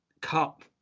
cup